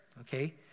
okay